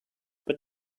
but